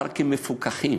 פארקים מפוקחים,